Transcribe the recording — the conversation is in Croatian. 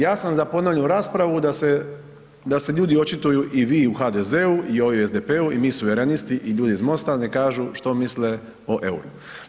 Ja sam za ponovnu raspravu da se ljudi očituju i vi u HDZ-u, i ovi u SDP-u, i mi Suverenisti i ljudi iz Mosta neka kažu što misle o euru.